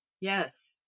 Yes